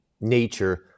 nature